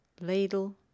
ladle